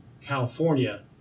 California